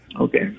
Okay